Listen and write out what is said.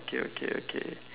okay okay okay